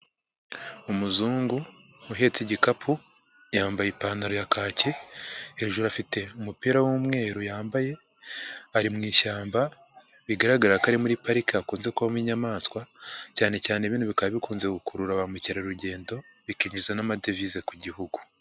Umuzungu uhetse igikapu yambaye ipantaro ya kaki hejuru afite umupira w'umweru yambaye ari mu ishyamba, bigaragara ko ari muri parike hakunze kubamo inyamaswa cyane cyane bino bikaba bikunze gukurura ba mukerarugendo bikinjiza n'amadevize ku gihugu.